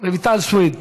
רויטל סויד.